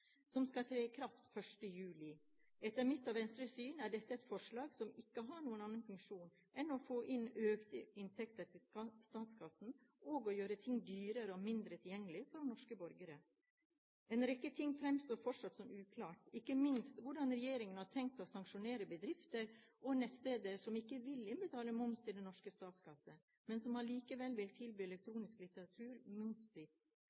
som skal tre i kraft 1. juli. Etter mitt og Venstres syn er dette et forslag som ikke har noen annen funksjon enn å få inn økte inntekter til statskassen og å gjøre ting dyrere og mindre tilgjengelig for norske borgere. En rekke ting fremstår fortsatt som uklare, ikke minst hvordan regjeringen har tenkt å sanksjonere bedrifter og nettsteder som ikke vil innbetale moms til den norske statskassen, men som allikevel vil tilby